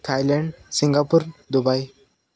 Thailand Singapore Dubai